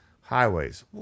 highways